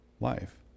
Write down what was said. Life